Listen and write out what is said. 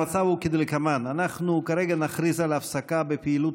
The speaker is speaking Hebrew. המצב הוא כדלקמן: אנחנו כרגע נכריז על הפסקה בפעילות